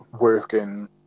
working